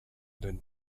then